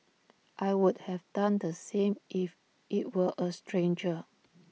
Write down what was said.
I would have done the same if IT were A stranger